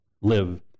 live